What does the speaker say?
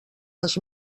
les